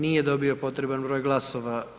Nije dobio potreban broj glasova.